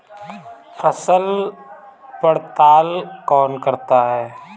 फसल पड़ताल कौन करता है?